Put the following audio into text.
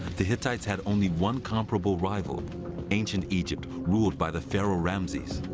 the hittites had only one comparable rival ancient egypt ruled by the pharaoh ramses.